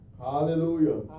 Hallelujah